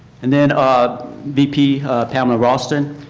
and then vp pamela ralston,